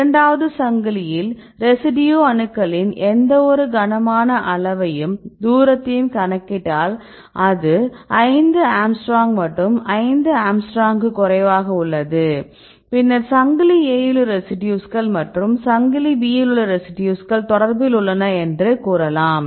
இரண்டாவது சங்கிலியில் ரெசிடியூ அணுக்களின் எந்தவொரு கனமான அளவையும் தூரத்தையும் கணக்கிட்டால் அது 5 ஆங்ஸ்ட்ரோம் மற்றும் 5 ஆங்ஸ்ட்ரோமுக்கு குறைவாக உள்ளது பின்னர் சங்கிலி A இல் உள்ள ரெசிடியூஸ்கள் மற்றும் சங்கிலி B இல் உள்ள ரெசிடியூஸ்கள் தொடர்பில் உள்ளன என்று கூறலாம்